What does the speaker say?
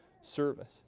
service